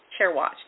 Chairwatch